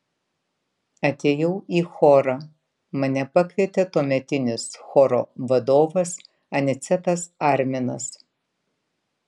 atėjau į chorą mane pakvietė tuometinis choro vadovas anicetas arminas